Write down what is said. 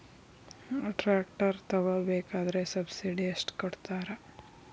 Tractor ತಗೋಬೇಕಾದ್ರೆ subsidy ಎಷ್ಟು ಕೊಡ್ತಾರ?